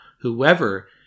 Whoever